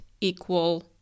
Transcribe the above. equal